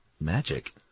magic